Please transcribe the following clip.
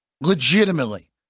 legitimately